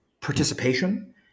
participation